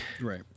Right